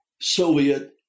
Soviet